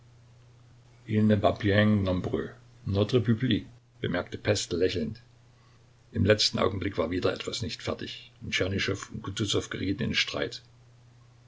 bemerkte pestel lächelnd im letzten augenblick war wieder etwas nicht fertig und tschernyschow und kutusow gerieten in streit